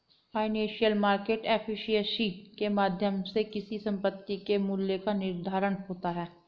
financial market efficiency के माध्यम से किसी संपत्ति के मूल्य का निर्धारण होता है